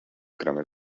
gramy